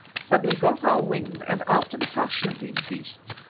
suddenly got our wind and, after the fashion of these beasts,